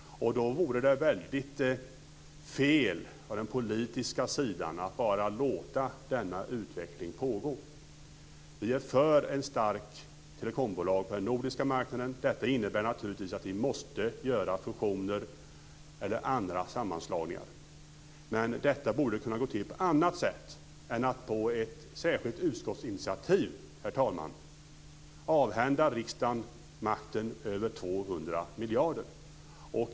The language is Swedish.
Då vore det väldigt fel att från den politiska sidan bara låta denna utveckling pågå. Vi är för ett starkt telekombolag på den nordiska marknaden. Det innebär naturligtvis att vi måste göra fusioner eller andra sammanslagningar. Men, herr talman, detta borde kunna gå till på något annat sätt än att på ett särskilt utskottsinitiativ avhända riksdagen makten över 200 miljarder.